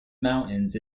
mountains